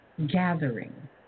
Gathering